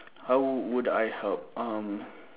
how would I help um